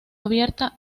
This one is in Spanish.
abierta